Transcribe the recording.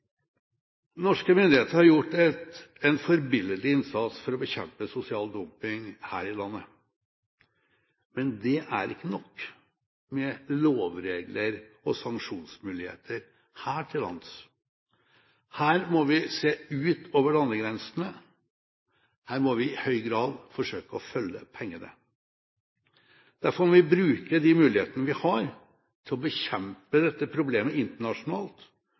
Norske myndigheter har gjort en forbilledlig innsats for å bekjempe sosial dumping her i landet. Men det er ikke nok med lovregler og sanksjonsmuligheter her til lands. Her må vi se utover landegrensene, her må vi i høy grad forsøke å følge pengene. Derfor må vi bruke de mulighetene vi har til å bekjempe dette problemet internasjonalt,